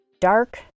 dark